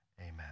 Amen